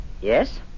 Yes